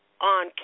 on